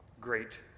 Great